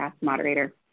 moderator